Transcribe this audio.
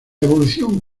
evolución